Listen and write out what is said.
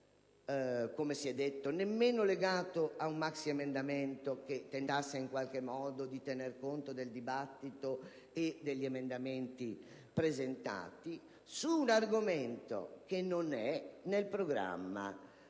e non è nemmeno legato ad un maxiemendamento che avesse tentato in qualche modo di tener conto del dibattito e degli emendamenti presentati, nonché su un argomento che non è nel programma